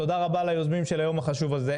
תודה רבה ליוזמים של היום החשוב הזה.